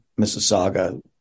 Mississauga